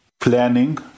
planning